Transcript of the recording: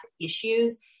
issues